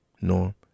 Norm